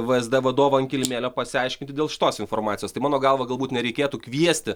vzd vadovą ant kilimėlio pasiaiškinti dėl šitos informacijos tai mano galva galbūt nereikėtų kviesti